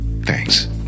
Thanks